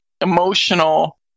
emotional